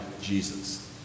Jesus